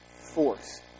force